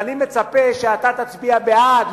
ואני מצפה שאתה תצביע בעד,